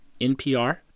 NPR